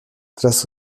tras